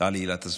על עילת הסבירות,